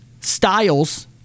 styles